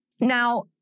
Now